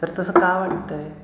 तर तसं का वाटत आहे